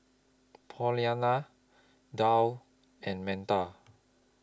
Paulina Dow and Metta